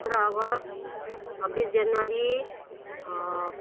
सत्र अगस्त छब्बिस जनवरी